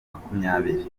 makumyabiri